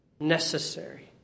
necessary